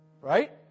Right